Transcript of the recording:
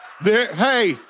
Hey